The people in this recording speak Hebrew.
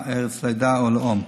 ארץ לידה או לאום.